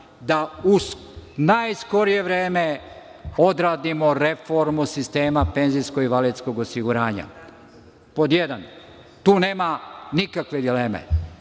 da u najskorije vreme odradimo reformu sistema penzijsko-invalidskog osiguranja. To je pod jedan i tu nema nikakve